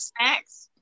snacks